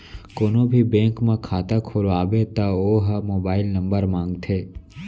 कोनो भी बेंक म खाता खोलवाबे त ओ ह मोबाईल नंबर मांगथे